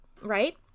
right